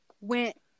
went